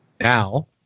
now